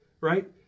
Right